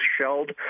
shelled